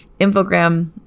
Infogram